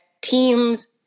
teams